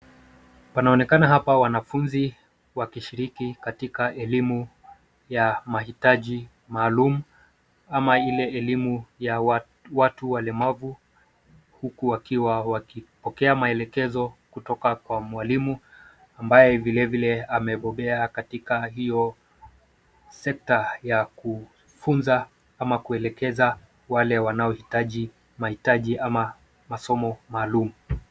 Panaonekana hapa wanafunzi wakishiriki katika elimu ya mahitaji maalum ama ile elimu ya watu walemavu huku wakiwa wakipokea maelekezo kutoka kwa mwalimu ambaye vile vile amebobea katika hiyo sekta ya kufunza ama kuelekeza wale wanaohitaji mahitaji ama masomo maalum.